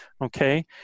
okay